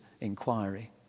inquiry